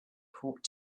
court